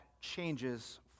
changes